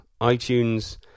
iTunes